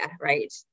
right